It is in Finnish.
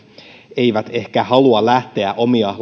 eivät ehkä halua lähteä omia